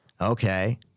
okay